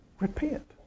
repent